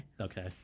okay